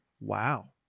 Wow